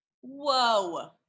Whoa